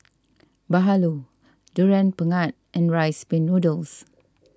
Bahulu Durian Pengat and Rice Pin Noodles